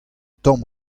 tamm